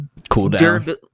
cooldown